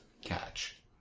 Catch